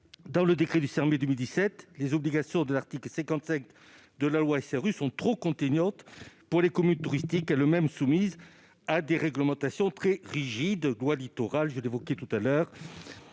dans le décret du 5 mai 2017, les obligations de l'article 55 de la loi SRU sont trop contraignantes pour les communes touristiques, qui sont elles-mêmes soumises à des réglementations très rigides.